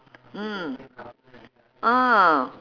mm ah